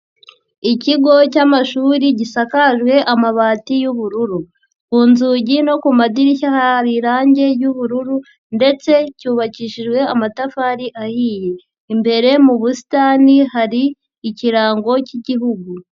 Ikigo cyamashuri gisakajwe amabati y'ubururu ku nzugi no ku madirishya hari irangi ry'ubururu ndetse cyubakishijwe amatafari ahiye imbere mu busitani hari ikirango k'igihugu.